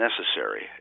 necessary